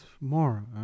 more